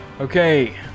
Okay